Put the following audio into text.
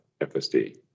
FSD